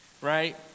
right